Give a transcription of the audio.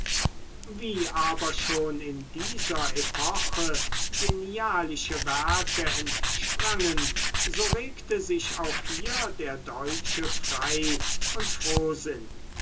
wie aber schon in dieser epoche genialische werke entsprangen so regte sich auch hier der deutsche frei und frohsinn